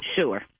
Sure